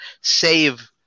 save –